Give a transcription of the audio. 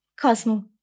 Cosmo